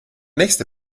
nächste